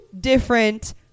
different